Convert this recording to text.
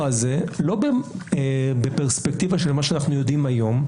הזה לא בפרספקטיבה של מה שאנחנו יודעים היום,